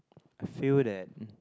I feel that